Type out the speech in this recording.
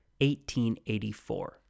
1884